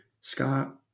Scott